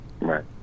Right